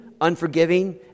unforgiving